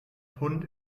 hund